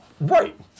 Right